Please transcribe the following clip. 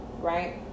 right